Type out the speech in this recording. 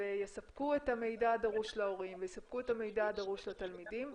ויספקו את המידע הדרוש להורים ויספקו את המידע הדרוש לתלמידים.